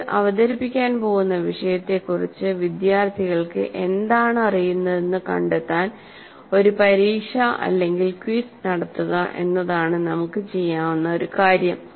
നമ്മൾ അവതരിപ്പിക്കാൻ പോകുന്ന വിഷയത്തെക്കുറിച്ച് വിദ്യാർത്ഥികൾക്ക് എന്താണ് അറിയുന്നതെന്ന് കണ്ടെത്താൻ ഒരു പരീക്ഷ അല്ലെങ്കിൽ ക്വിസ് നടത്തുക എന്നതാണ് നമുക്ക് ചെയ്യാവുന്ന ഒരു കാര്യം